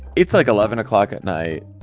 it's, like, eleven o'clock at night.